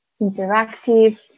interactive